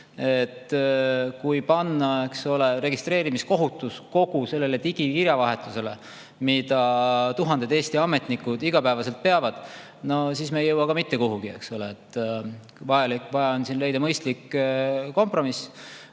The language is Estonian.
et kui panna registreerimiskohustus kogu sellele digikirjavahetusele, mida tuhanded Eesti ametnikud iga päev peavad, no siis me ei jõua mitte kuhugi, eks ole. Vaja on leida mõistlik kompromiss.